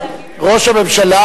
ראש הממשלה,